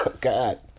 God